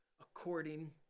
according